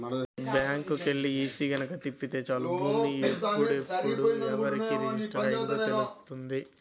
బ్యాంకుకెల్లి ఈసీ గనక తీపిత్తే చాలు భూమి ఎప్పుడెప్పుడు ఎవరెవరికి రిజిస్టర్ అయ్యిందో తెలుత్తది